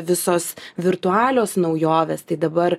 visos virtualios naujovės tai dabar